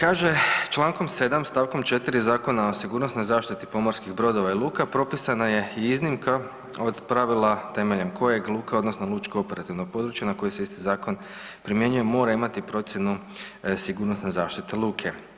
Naime, kaže člankom 7. Stavkom 4. Zakona o sigurnosnoj zaštiti pomorskih brodova i luka propisana je i iznimka od pravila temeljem kojeg luka, odnosno lučko operativno područje na koje se isti zakon primjenjuje mora imati procjenu sigurnosne zaštite luke.